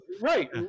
right